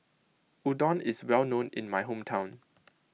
Udon is well known in my hometown